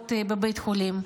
שבועות בבית חולים.